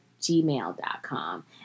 gmail.com